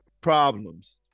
problems